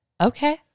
Okay